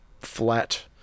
flat